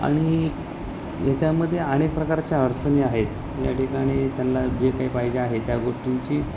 आणि याच्यामध्ये अनेक प्रकारच्या अडचणी आहेत या ठिकाणी त्यांना जे काही पाहिजे आहे त्या गोष्टींची